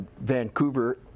Vancouver